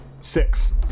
six